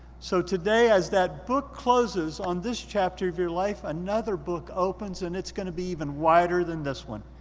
so today as that book closes on this chapter of your life, another book opens and it's gonna be even wider than this one.